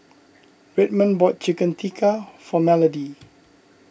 Redmond bought Chicken Tikka for Melodee